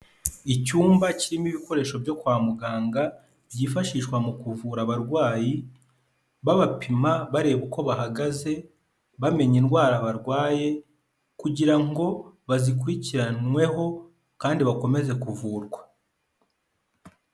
Icyumba kirimo ibikoresho byo kwa muganga byifashishwa mu kuvura abarwayi babapima bareba uko bahagaze bamenya indwara barwaye kugira ngo bazikurikiranweho kandi bakomeze kuvurwa.